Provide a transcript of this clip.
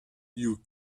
you